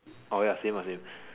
orh ya same ah same